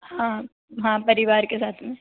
हाँ हाँ परिवार के साथ में